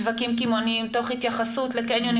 שווקים קמעונאיים תוך התייחסות לקניונים